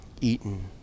eaten